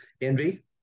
Envy